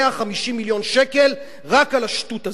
150 מיליון שקל רק על השטות הזאת.